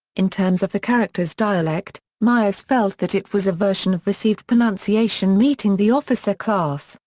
in terms of the character's dialect, myers felt that it was a version of received pronunciation meeting the officer class,